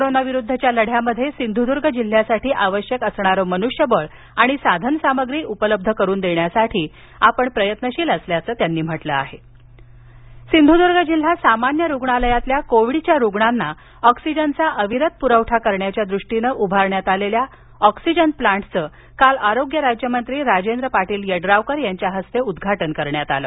corona विरुद्धच्या लढ्यामध्ये सिंधुदूर्ग जिल्ह्यासाठी आवश्यक असणार मनुष्यबळ आणि साधन सामग्री उपलब्ध करुन देण्यासाठी प्रयत्नशिल असल्याच त्यांनी सांगितलं ऑक्सीजन सिंधदर्ग सिंधुदूर्ग जिल्हा सामान्य रुग्णालयातील कोविडच्या रुग्णांना ऑक्सिजनचा अविरत पुरवठा करण्याच्या दृष्टीनं उभारण्यात आलेल्या ऑक्सिजन प्लांचं काल आरोग्य राज्यमंत्री राजेंद्र पाटील यड्रावकर यांच्या हस्ते उद्घाटन करण्यात आलं